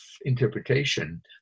interpretation